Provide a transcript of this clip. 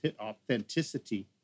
authenticity